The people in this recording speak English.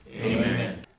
Amen